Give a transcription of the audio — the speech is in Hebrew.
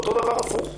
ואותו דבר להיפך.